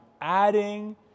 adding